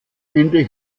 ende